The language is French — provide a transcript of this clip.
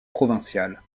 provinciale